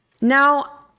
Now